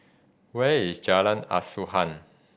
where is Jalan Asuhan